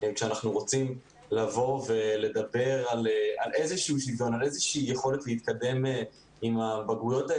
כשאנחנו רוצים לדבר על איזושהי יכולת להתקדם עם הבגרויות,